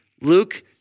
Luke